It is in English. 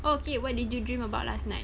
okay what did you dream about last night